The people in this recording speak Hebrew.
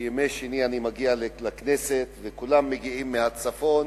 ובימי שני אני מגיע לכנסת, וכולם מגיעים מהצפון.